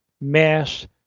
mass